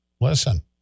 Listen